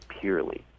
purely